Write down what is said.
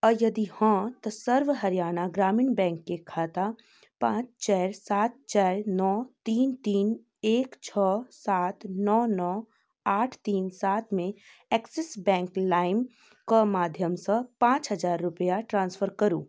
आ यदि हँ तऽ सर्व हरियाणा ग्रामीण बैंकके खाता पाँच चारि सात चारि नओ तीन तीन एक छओ सात नओ नओ आठ तीन सात मे एक्सिस बैंक लाइम कऽ माध्यमसँ पाँच हजार रुपैआ ट्रांसफर करू